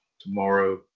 tomorrow